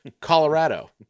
Colorado